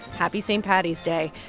happy st. paddy's day.